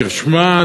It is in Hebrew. תשמע,